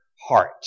heart